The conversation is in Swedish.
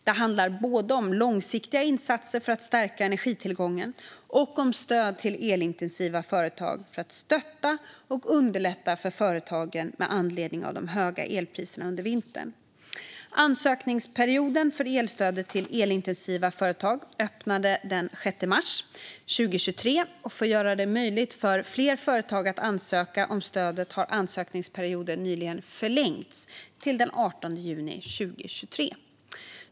Det handlar både om långsiktiga insatser för att stärka energitillgången och om stöd till elintensiva företag för att stötta och underlätta för företagen med anledning av de höga elpriserna under vintern. Ansökningsperioden för elstödet till elintensiva företag öppnade den 6 mars 2023, och för att göra det möjligt för fler företag att ansöka om stödet har ansökningsperioden nyligen förlängts till den 18 juni 2023.